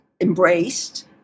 embraced